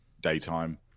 daytime